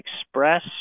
express